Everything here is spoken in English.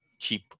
cheap